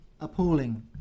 appalling